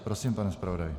Prosím, pane zpravodaji.